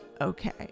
okay